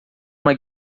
uma